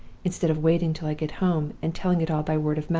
instead of waiting till i get home, and telling it all by word of mouth.